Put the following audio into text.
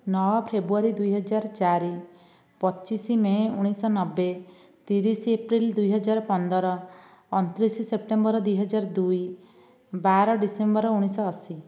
ନଅ ଫେବୃଆରୀ ଦୁଇହଜାର ଚାରି ପଚିଶ ମେ ଉଣେଇଶହ ନବେ ତିରିଶ ଏପ୍ରିଲ ଦୁଇହଜାର ପନ୍ଦର ଅଣତିରିଶ ସେପ୍ଟେମ୍ବର ଦୁଇହଜାର ଦୁଇ ବାର ଡିସେମ୍ବର ଉଣେଇଶହ ଅଶୀ